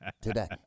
today